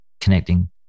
connecting